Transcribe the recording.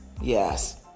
yes